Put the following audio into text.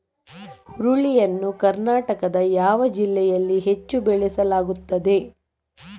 ಹುರುಳಿ ಯನ್ನು ಕರ್ನಾಟಕದ ಯಾವ ಜಿಲ್ಲೆಯಲ್ಲಿ ಹೆಚ್ಚು ಬೆಳೆಯಲಾಗುತ್ತದೆ?